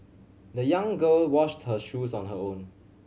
the young girl washed her shoes on her own